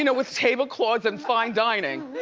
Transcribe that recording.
you know with tablecloths, and fine dining.